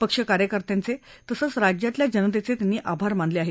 पक्ष कार्यकर्त्यांच तसंच राज्यातल्या जनतेचे त्यांनी आभार मानले आहेत